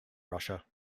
russia